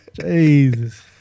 Jesus